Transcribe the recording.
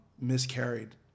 miscarried